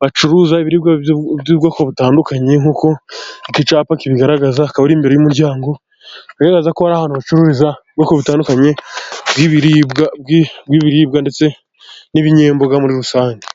bacuruza iby'ubwoko butandukanye nk'uko iki cyapa kibigaragaza. Akabari imbere y'umuryango agaragaza ko ari ahantu bacururiza ubwoko butandukanye bw'ibiribwa ndetse n'ibinyobwa muri rusange.